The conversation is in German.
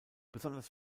besonders